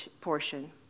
portion